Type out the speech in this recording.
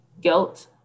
guilt